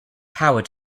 power